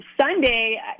Sunday